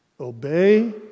obey